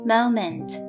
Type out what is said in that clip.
Moment